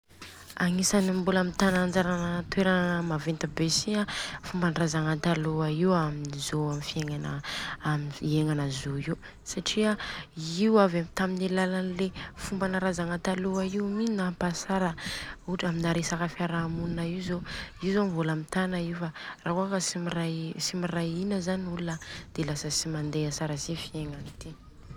Agnisany mbola mitana anjarana thoerana maventy be si an i fombandrazagna taloha amin'ny zô fiegnana iegnana zô io. Satria a Io avy tami'ny alalan'ny le fombana razagna taloa io mi nampa tsara. Ohatra amina resaka fiarahamonina io zô, io zô mbola mitana zô io fa rakôa ka tsy miray miray ina zany olona an de lasa ts mandeha tsara si fiegnana ty.